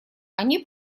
они